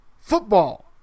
football